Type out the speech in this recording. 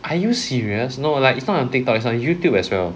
are you serious no like it's not on TikTok it's on Youtube as well